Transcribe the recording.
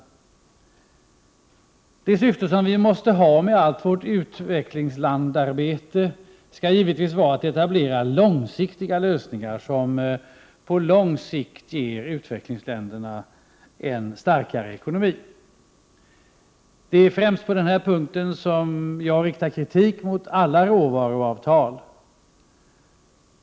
7 Det syfte som vi måste ha med allt vårt u-landsarbete är givetvis att etablera lösningar som på lång sikt ger u-länderna en starkare ekonomi. Det är främst på den här punkten som jag riktar kritik mot alla råvaruavtal.